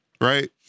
right